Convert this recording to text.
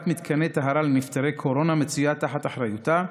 מתקני טהרה לנפטרי קורונה מצויה תחת אחריותה,